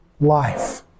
Life